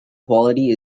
quality